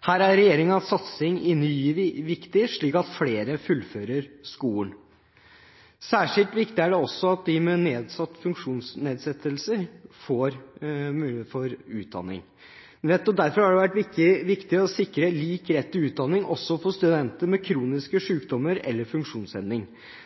Her er regjeringens satsing i Ny GIV viktig, slik at flere fullfører skolen. Særskilt viktig er det også at de med nedsatt funksjonsnedsettelse får muligheter for utdanning. Nettopp derfor har det vært viktig å sikre lik rett til utdanning også for studenter med kroniske sykdommer eller funksjonshemning.